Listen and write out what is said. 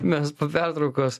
mes po pertraukos